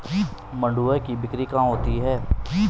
मंडुआ की बिक्री कहाँ होती है?